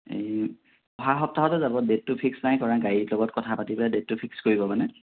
অহা সপ্তাহতে যাব ডেটটো ফিক্স নাই কৰা গাড়ীৰ লগত কথা পাতি পেলাই ডেটটো ফিক্স কৰিব মানে